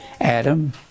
Adam